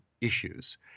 issues